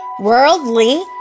Worldly